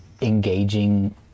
engaging